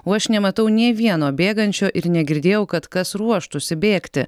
o aš nematau nė vieno bėgančio ir negirdėjau kad kas ruoštųsi bėgti